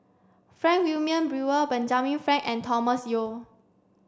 Frank Wilmin Brewer Benjamin Frank and Thomas Yeo